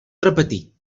repetir